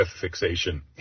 fixation